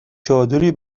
چادری